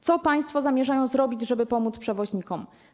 Co państwo zamierzają zrobić, żeby pomóc przewoźnikom?